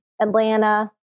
Atlanta